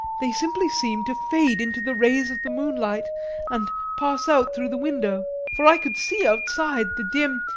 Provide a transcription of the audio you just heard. they simply seemed to fade into the rays of the moonlight and pass out through the window, for i could see outside the dim,